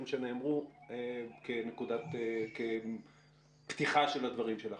שנאמרו כנקודת פתיחה של הדברים שלך.